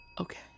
Okay